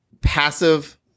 passive